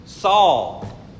Saul